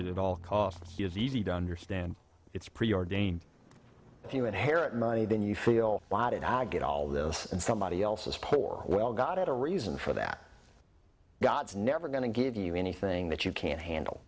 it at all costs is easy to understand it's preordained if you had hair at money then you feel bought it i'll get all this and somebody else's poor well got a reason for that god's never going to give you anything that you can't handle